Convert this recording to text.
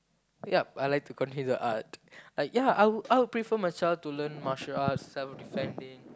yup I like to continue the art I ya I would I would prefer my child to learn martial arts self defending